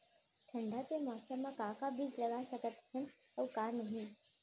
ठंडा के मौसम मा का का बीज लगा सकत हन अऊ का नही?